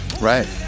Right